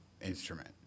instrument